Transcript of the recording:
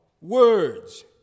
words